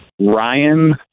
Ryan